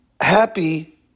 happy